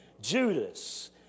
Judas